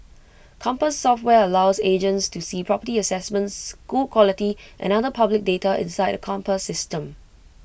compass software allows agents to see property assessments school quality and other public data inside the compass system